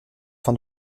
afin